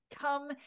come